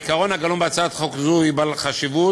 העיקרון הגלום בהצעת חוק זו הוא בעל חשיבות,